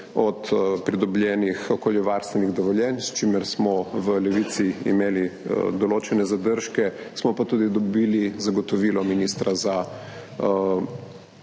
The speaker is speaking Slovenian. od pridobljenih okoljevarstvenih dovoljenj, s čimer smo v Levici imeli določene zadržke, smo pa tudi dobili zagotovilo ministra za